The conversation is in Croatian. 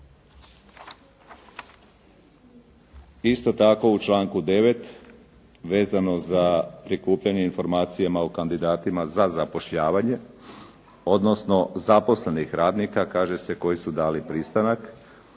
Isto tako u članku 9. vezano za prikupljanje informacija kandidatima za zapošljavanje, odnosno zaposlenih radnika, kaže se koji su dali pristanak